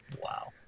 Wow